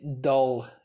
dull